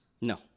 No